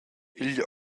igl